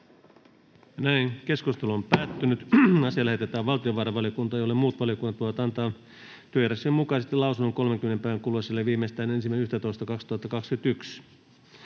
päiväjärjestyksen 3. asia. Asia lähetetään valtiovarainvaliokuntaan, jolle muut valiokunnat voivat antaa työjärjestyksen mukaisesti lausunnon 30 päivän kuluessa siitä, kun